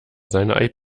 seine